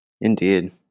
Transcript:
Indeed